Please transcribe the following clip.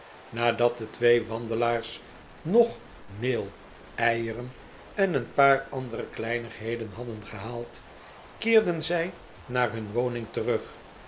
nadat de twee wandelaars nog meel eieren en een paar andere kleinigheden hadden gehaald keerden zij naar hun woning terug